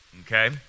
Okay